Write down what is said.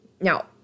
Now